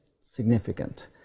significant